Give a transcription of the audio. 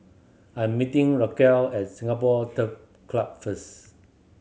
I'm meeting Raquel as Singapore Turf Club first